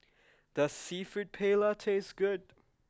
does seafood paella taste good